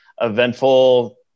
eventful